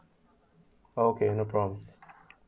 okay no problem